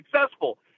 successful